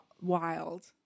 wild